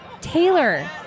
Taylor